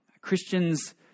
Christians